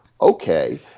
Okay